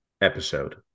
episode